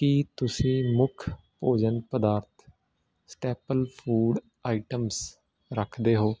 ਕੀ ਤੁਸੀਂ ਮੁੱਖ ਭੋਜਨ ਪਦਾਰਥ ਸਟੈਪਲ ਫੂਡ ਆਈਟਮਸ ਰੱਖਦੇ ਹੋ